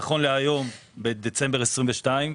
נכון לדצמבר 2022,